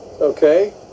Okay